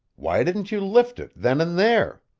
why didn't you lift it then and there?